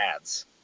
ads